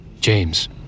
James